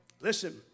Listen